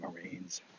marines